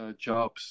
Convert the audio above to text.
jobs